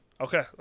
Okay